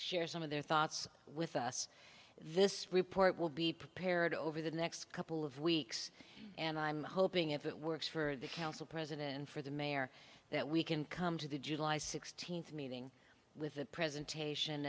share some of their thoughts with us this report will be prepared over the next couple of weeks and i'm hoping if it works for the council president and for the mayor that we can come to the july sixteenth meeting with the presentation